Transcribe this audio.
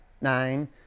nine